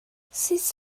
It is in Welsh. sut